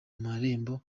marembo